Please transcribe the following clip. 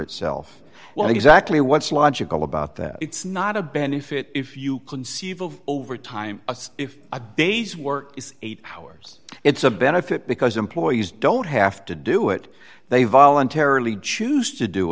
itself well exactly what's logical about that it's not a benefit if you conceive of overtime if a day's work is eight hours it's a benefit because employees don't have to do it they voluntarily choose to do